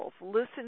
Listen